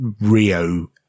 Rio